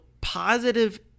positive